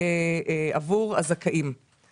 עבור הזכאים אבל